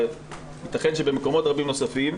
ויתכן שבמקומות רבים נוספים,